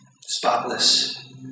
spotless